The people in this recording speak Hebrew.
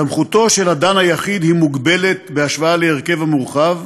סמכותו של דן יחיד היא מוגבלת בהשוואה להרכב מורחב,